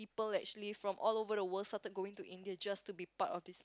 people actually from all over the world started going to India just to be part of this